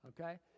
Okay